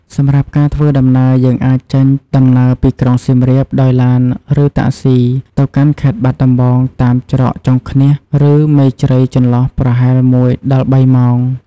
សម្រាប់ការធ្វើដំណើរយើងអាចចេញដំណើរពីក្រុងសៀមរាបដោយឡានឬតាក់ស៊ីទៅកាន់ខេត្តបាត់ដំបងតាមច្រកចុងឃ្នាសឬ មេជ្រៃចន្លោះប្រហែល១ដល់៣ម៉ោង។